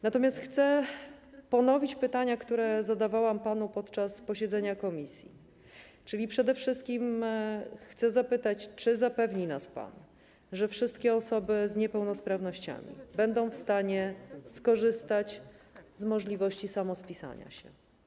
Natomiast chcę ponowić pytania, które zadawałam panu podczas posiedzenia komisji, czyli przede wszystkim chcę zapytać: Czy zapewni nas pan, że wszystkie osoby z niepełnosprawnościami będą w stanie skorzystać z możliwości samospisania się?